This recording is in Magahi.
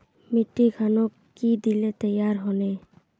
मिट्टी खानोक की दिले तैयार होने?